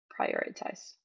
prioritize